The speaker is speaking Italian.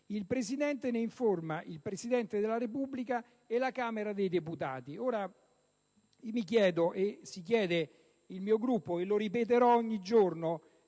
«il Presidente ne riforma il Presidente della Repubblica e la Camera dei deputati». Ora mi chiedo, e si chiede il mio Gruppo (lo ripeterò ogni giorno